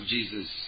Jesus